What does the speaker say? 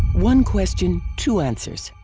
one question, two answers.